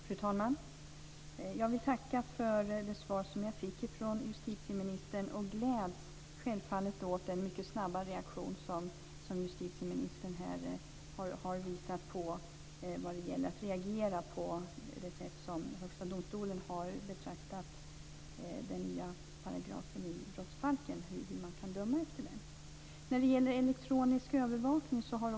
Fru talman! Jag vill tacka för det svar som jag fick från justitieministern. Jag gläds självfallet åt den mycket snabba reaktion som justitieministern här har visat vad det gäller det sätt på vilket Högsta domstolen har ansett att man kan döma efter den nya paragrafen i brottsbalken.